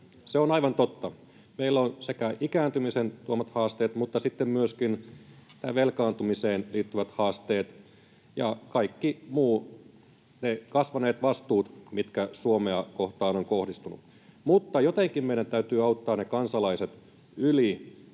Se on aivan totta. Meillä on sekä ikääntymisen tuomat haasteet että sitten myöskin velkaantumiseen liittyvät haasteet ja ne kaikki muut kasvaneet vastuut, mitkä Suomea kohtaan ovat kohdistuneet. Mutta jotenkin meidän täytyy auttaa kansalaiset yli